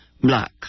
Black